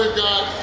ah got